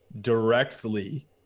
directly